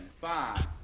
five